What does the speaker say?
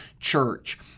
church